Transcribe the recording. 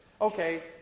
Okay